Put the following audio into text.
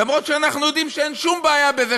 למרות שאנחנו יודעים שאין שום בעיה בזה